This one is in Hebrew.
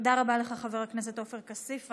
תודה רבה לך, חבר הכנסת עופר כסיף.